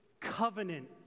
covenant